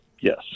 yes